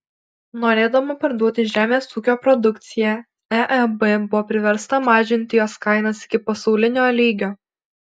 norėdama parduoti žemės ūkio produkciją eeb buvo priversta mažinti jos kainas iki pasaulinio lygio